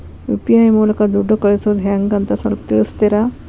UPI ಮೂಲಕ ದುಡ್ಡು ಕಳಿಸೋದ ಹೆಂಗ್ ಅಂತ ಸ್ವಲ್ಪ ತಿಳಿಸ್ತೇರ?